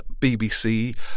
BBC